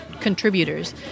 contributors